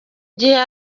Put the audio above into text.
gihe